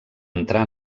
entrar